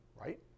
Right